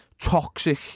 toxic